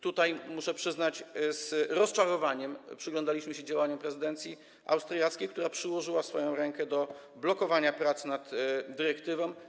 Tutaj muszę przyznać, że z rozczarowaniem przyglądaliśmy się działaniom prezydencji austriackiej, która przyłożyła swoją rękę do blokowania prac nad tą dyrektywą.